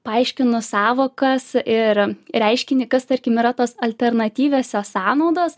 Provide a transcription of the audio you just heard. paaiškinus sąvokas ir reiškinį kas tarkim yra tos alternatyviosios sąnaudos